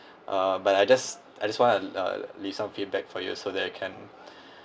uh but I just I just want uh leave some feedback for you so that you can